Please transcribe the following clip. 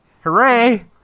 hooray